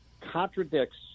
contradicts